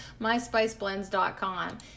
myspiceblends.com